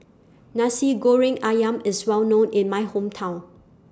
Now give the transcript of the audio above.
Nasi Goreng Ayam IS Well known in My Hometown